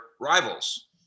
rivals